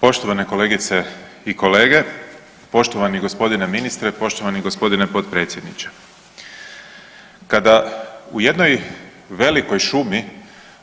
Poštovane kolegice i kolege, poštovani gospodine ministre, poštovani gospodine potpredsjedniče, kada u jednoj velikoj šumi